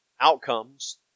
outcomes